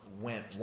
Went